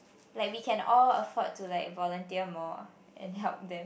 like we can all afford to like volunteer more and help them